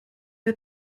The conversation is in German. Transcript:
der